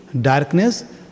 darkness